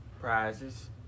prizes